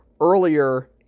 earlier